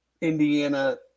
Indiana